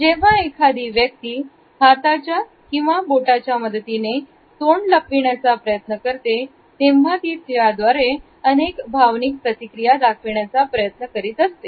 जेव्हा एखादी व्यक्ती हाताच्या किंवा बोटाच्या मदतीने तोंड लपविण्याचा प्रयत्न करते तेव्हा ती त्याद्वारे अनेक भावनिक प्रतिक्रिया दाखविण्याचा प्रयत्न करीत असते